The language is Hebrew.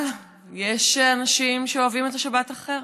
אבל יש אנשים שאוהבים את השבת אחרת,